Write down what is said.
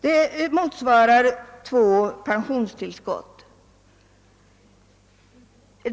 Det motsvarar två pensionstillskott.